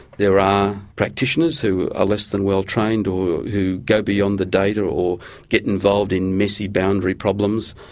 there are practitioners who are less than well trained, or who go beyond the data, or get involved in messy boundary problems.